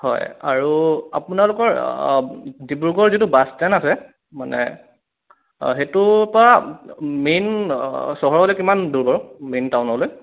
হয় আৰু আপোনালোকৰ ডিব্ৰুগড়ৰ যিটো বাছ ষ্টেণ্ড আছে মানে সেইটোৰ পৰা মেইন চহৰলে কিমান দূৰ বাৰু মেইন টাউনলৈ